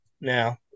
now